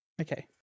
Okay